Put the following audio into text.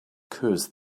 curse